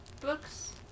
books